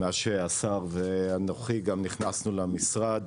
מאז שהשר ואנוכי גם נכנסו למשרד